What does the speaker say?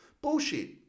Bullshit